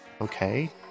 Okay